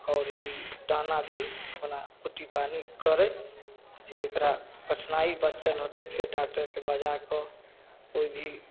आओर ई दाना भी अपना कुट्टी पानि करै जे एकरा कठिनाइ बचल होतै फेर डाक्टरके बजाकऽ कोइ भी